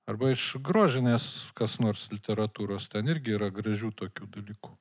arba iš grožinės kas nors literatūros ten irgi yra gražių tokių dalykų